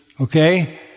okay